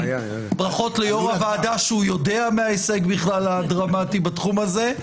ברכות ליו"ר הוועדה שהוא יודע בכלל מההישג הדרמטי בתחום הזה,